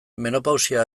menopausia